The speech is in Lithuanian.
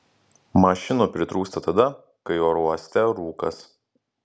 mašinų pritrūksta tada kai oro uoste rūkas